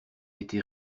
été